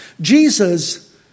Jesus